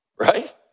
right